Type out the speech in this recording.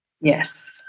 Yes